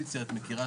אתכם.